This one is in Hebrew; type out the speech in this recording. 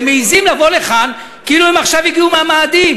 והם מעזים לבוא לכאן כאילו הם עכשיו הגיעו מהמאדים.